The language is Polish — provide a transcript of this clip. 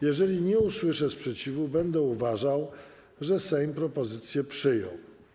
Jeżeli nie usłyszę sprzeciwu, będę uważał, że Sejm propozycję przyjął.